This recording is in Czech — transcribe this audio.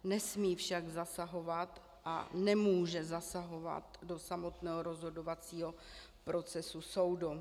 Nesmí však zasahovat a nemůže zasahovat do samotného rozhodovacího procesu soudu.